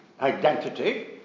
identity